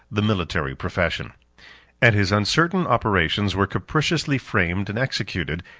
the military profession and his uncertain operations were capriciously framed and executed,